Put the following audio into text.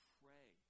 pray